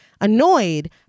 Annoyed